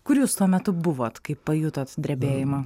kur jūs tuo metu buvot kai pajutot drebėjimą